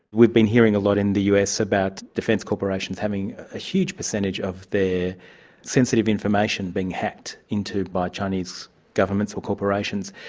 we've been hearing a lot in the us about defence corporations having a huge percentage of their sensitive information being hacked into by chinese governments or corporations.